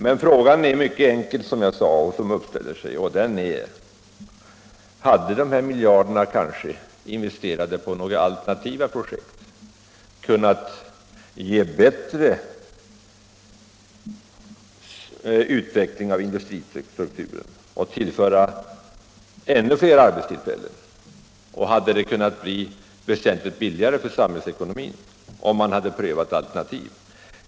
Den fråga som uppkommer är, som jag sade, mycket enkel: Hade kanske de här miljarderna, investerade i några alternativa projekt, kunnat ge bättre utveckling av industristrukturen och tillföra ännu fler arbetstillfällen? Hade det kunnat bli väsentligt billigare för samhällsekonomin om man prövat alternativ?